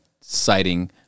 citing